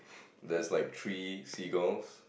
there's like three seagulls